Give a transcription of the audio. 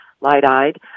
light-eyed